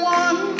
one